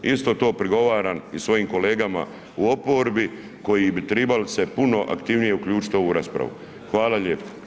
Isto to prigovaram i svojim kolegama u oporbi koji bi trebali se puno aktivnije uključiti u ovu raspravu, hvala lijepo.